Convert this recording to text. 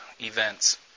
events